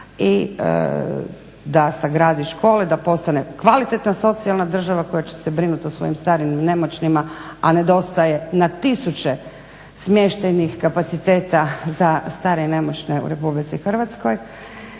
i da sagradi škole, da postane kvalitetna socijalna država koja će se brinut o svojim starim i nemoćnima, a nedostaje na tisuće smještajnih kapaciteta za stare i nemoćne u Republici Hrvatskoj.